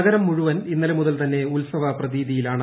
നഗരം മുഴുവീൻ ഇ്ന്നലെ മുതൽ തന്നെ ഉത്സവപ്രതീതിയിലാണ്